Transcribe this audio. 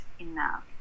enough